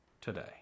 today